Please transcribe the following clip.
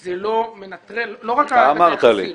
זה לא מנטרל, לא רק --- אתה אמרת לי.